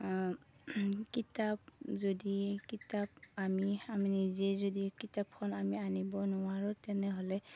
কিতাপ যদি কিতাপ আমি আমি নিজে যদি কিতাপখন আমি আনিব নোৱাৰোঁ তেনেহ'লে